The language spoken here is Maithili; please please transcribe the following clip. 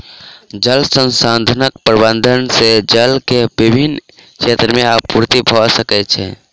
जल संसाधन प्रबंधन से जल के विभिन क्षेत्र में आपूर्ति भअ सकै छै